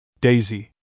Daisy